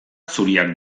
zuriak